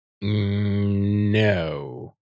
no